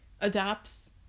adapts